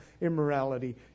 immorality